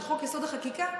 שזה חוק-יסוד: החקיקה,